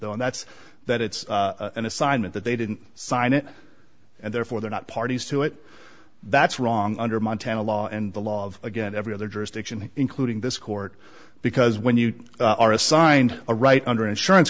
though and that's that it's an assignment that they didn't sign it and therefore they're not parties to it that's wrong under montana law and the law again every other jurisdiction including this court because when you are assigned a right under insurance